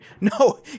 no